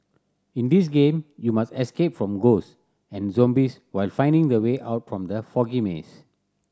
in this game you must escape from ghost and zombies while finding the way out from the foggy maze